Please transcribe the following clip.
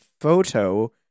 photo